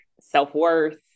self-worth